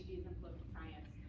is in political science.